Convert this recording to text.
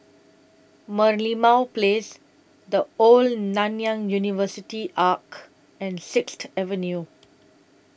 Merlimau Place The Old Nanyang University Arch and Sixth Avenue